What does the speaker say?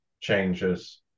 changes